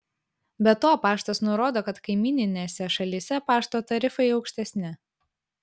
be to paštas nurodo kad kaimyninėse šalyse pašto tarifai aukštesni